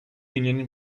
union